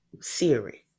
Siri